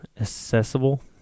accessible